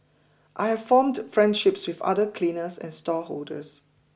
I have formed friendships with other cleaners and stallholders